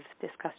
discussed